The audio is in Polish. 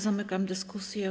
Zamykam dyskusję.